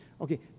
Okay